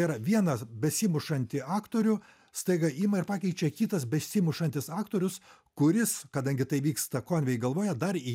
yra vienas besimušantį aktorių staiga ima ir pakeičia kitas besimušantis aktorius kuris kadangi tai vyksta konvei galvoje dar į